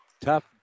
tough